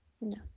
No